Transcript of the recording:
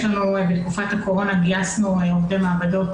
בתקופת הקורונה גייסנו הרבה עובדי מעבדות